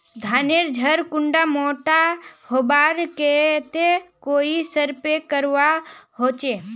धानेर झार कुंडा मोटा होबार केते कोई स्प्रे करवा होचए?